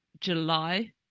July